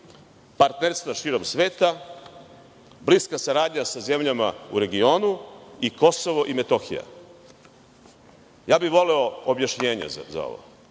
partnerstva širom sveta, bliska saradnja sa zemljama u regionu i KiM. Voleo bih objašnjenje za ovo.